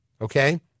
okay